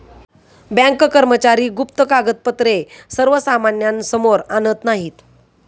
bank कर्मचारी गुप्त कागदपत्रे सर्वसामान्यांसमोर आणत नाहीत